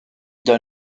d’un